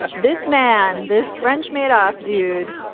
ah this man, this french madoff dude,